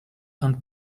and